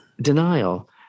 denial